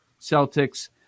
Celtics